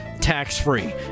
tax-free